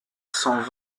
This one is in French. cinq